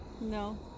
No